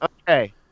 Okay